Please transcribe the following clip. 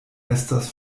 estas